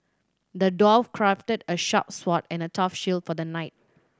the dwarf crafted a sharp sword and a tough shield for the knight